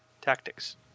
tactics